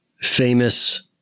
famous